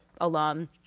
alum